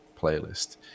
playlist